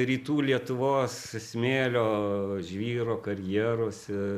rytų lietuvos smėlio žvyro karjeruose